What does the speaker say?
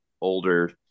older